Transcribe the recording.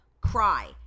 cry